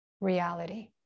reality